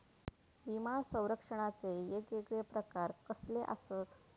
विमा सौरक्षणाचे येगयेगळे प्रकार कसले आसत?